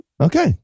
Okay